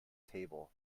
table